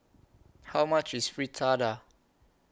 How much IS Fritada